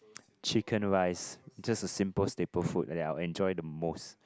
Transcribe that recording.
chicken rice just a simple staple food and that I will enjoy the most